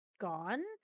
gone